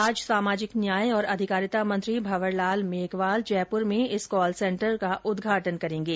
आज सामाजिक न्याय और अधिकारिता मंत्री भंवरलाल मेघवाल जयपुर में इस कॉल सेंटर का उद्घाटन करेंगे